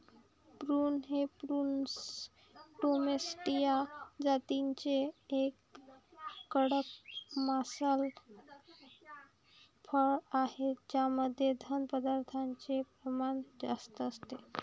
prune हे प्रूनस डोमेस्टीया जातीचे एक कडक मांसल फळ आहे ज्यामध्ये घन पदार्थांचे प्रमाण जास्त असते